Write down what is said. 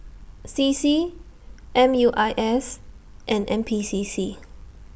C C M U I S and N P C C